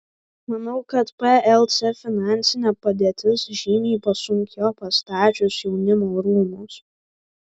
manau kad plc finansinė padėtis žymiai pasunkėjo pastačius jaunimo rūmus